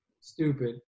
stupid